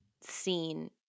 scene